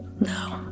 No